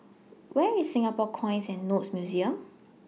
Where IS Singapore Coins and Notes Museum